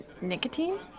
Nicotine